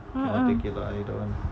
mm mm